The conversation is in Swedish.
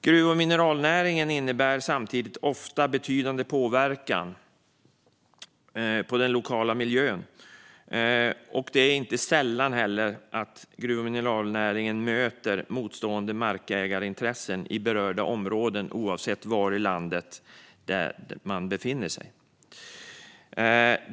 Gruv och mineralnäringen har samtidigt ofta en betydande påverkan på den lokala miljön, och det är inte sällan som gruv och mineralnäringen möter på motstående markägarintressen i berörda områden oavsett var i landet man befinner sig.